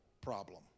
problem